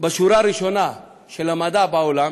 בשורה הראשונה של המדע בעולם,